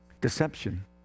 deception